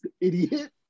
idiot